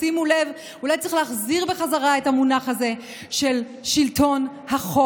ושימו לב: אולי צריך להחזיר את המונח הזה "שלטון החוק".